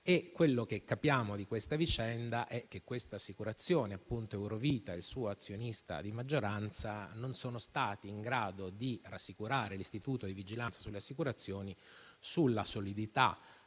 Quello che capiamo di questa vicenda è che tale assicurazione (Eurovita) e il suo azionista di maggioranza non sono stati in grado di rassicurare l'Istituto di vigilanza sulle assicurazioni sulla propria